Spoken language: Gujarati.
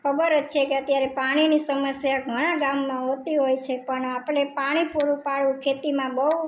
ખબર જ છે કે અત્યારે પાણીની સમસ્યા ઘણા ગામમાં હોતી હોય સે પણ આપણે પાણી પૂરું પાડવું ખેતીમાં બઉ